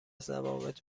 ضوابط